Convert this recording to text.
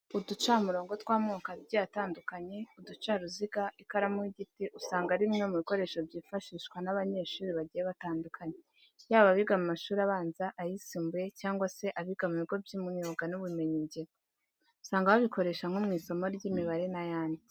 Uducamurongo tw'amoko agiye atandukanye, uducaruziga, ikaramu y'igiti usanga ari bimwe mu bikoresho byifashishwa n'abanyeshuri bagiye batandukanye, yaba abiga mu mashuri abanza, ayisumbuye cyangwa se abiga mu bigo by'imyuga n'ubumenyingiro. Usanga babikoresha nko mu isomo ry'imibare n'ayandi.